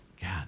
God